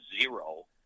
zero